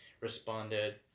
responded